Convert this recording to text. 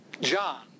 John